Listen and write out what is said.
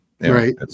right